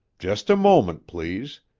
just a moment, please.